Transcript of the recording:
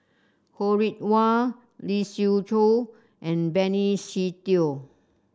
Ho Rih Hwa Lee Siew Choh and Benny Se Teo